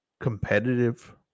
competitive